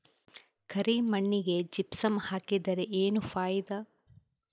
ಕರಿ ಮಣ್ಣಿಗೆ ಜಿಪ್ಸಮ್ ಹಾಕಿದರೆ ಏನ್ ಫಾಯಿದಾ?